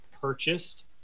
purchased